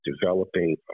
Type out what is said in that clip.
developing